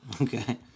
Okay